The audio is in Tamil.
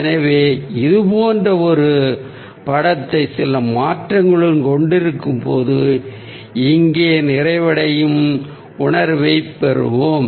எனவே இது போன்ற ஒரு படத்தை சில மாற்றங்களுடன் கொண்டிருக்கும்போது நிறைவடைகின்ற ஒரு உணர்வை இங்கே நாம் பெறுகிறோம்